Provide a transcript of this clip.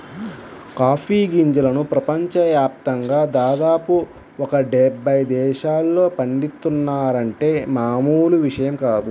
coffee గింజలను ప్రపంచ యాప్తంగా దాదాపు ఒక డెబ్బై దేశాల్లో పండిత్తున్నారంటే మామూలు విషయం కాదు